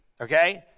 okay